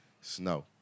snow